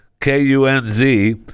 K-U-N-Z